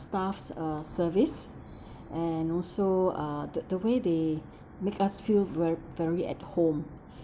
staff's uh service and also uh the way they make us feel very very at home